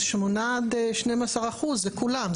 אז 8% עד 12% זה כולם.